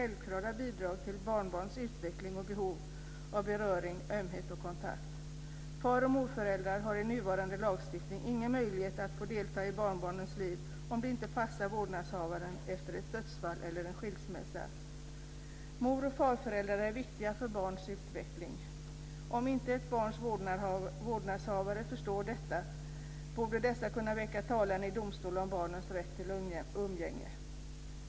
Far och morföräldrar har i nuvarande lagstiftning ingen möjlighet att få delta i barnbarnens liv om det inte passar vårdnadshavaren efter ett dödsfall eller en skilsmässa. Mor och farföräldrar är viktiga för ett barns utveckling. Om inte ett barns vårdnadshavare förstår detta borde mor och farföräldrar kunna väcka talan i domstol om barnens rätt till umgänge.